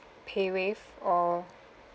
paywave or